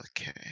Okay